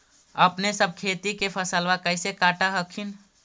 अपने सब खेती के फसलबा कैसे काट हखिन?